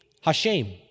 Hashem